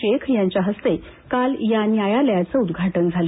शेख यांच्या हस्ते काल या न्यायालयाचं उद्घाटन झालं